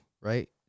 right